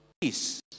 peace